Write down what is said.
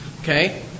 Okay